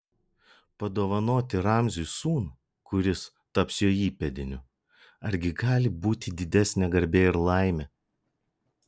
padovanoti ramziui sūnų kuris taps jo įpėdiniu argi gali būti didesnė garbė ir laimė